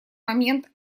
момент